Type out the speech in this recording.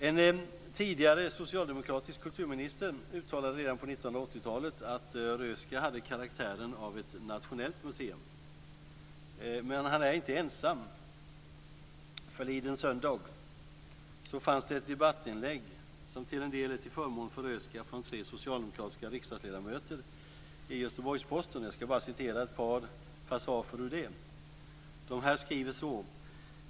En tidigare socialdemokratisk kulturminister uttalade redan på 1980-talet att Röhsska hade karaktären av ett nationellt museum. Men han är inte ensam. Förliden söndag fanns det ett debattinlägg från tre socialdemokratiska riksdagsledamöter i Göteborgs Posten som till en del är till förmån för Röhsska. Jag ska citera ett par passager ur det.